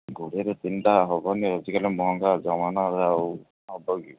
କୋଡ଼ିଏରେ ତିନିଟା ହେବନି ଆଜିକାଲି ମହଙ୍ଗା ଜମାନା ଆଉ ହବ କି